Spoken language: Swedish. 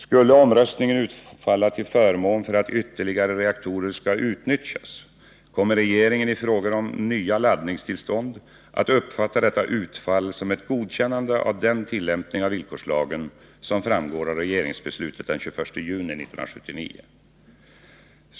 Skulle omröstningen utfalla till förmån för att ytterligare reaktorer skall utnyttjas, kommer regeringen i frågor om nya laddningstillstånd att uppfatta detta utfall som ett godkännande av den tillämpning av villkorslagen som framgår av regeringsbeslutet den 21 juni 1979.